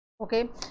okay